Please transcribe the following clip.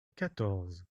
quatorze